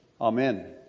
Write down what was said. Amen